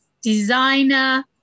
designer